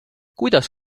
kuidas